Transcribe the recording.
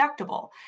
deductible